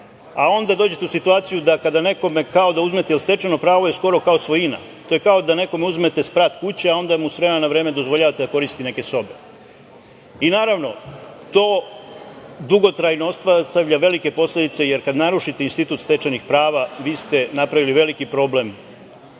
a onda dođete u situaciju da kada nekome uzmete, jer stečeno pravo je skoro kao svojina, to je kao da nekome uzmete sprat kuće a onda mu s vremena na vreme dozvoljavate da koristi neke sobe. Naravno, to dugotrajno ostavlja velike posledice, jer kad narušite institut stečenih prava, vi ste napravili veliki problem